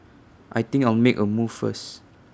I think I'll make A move first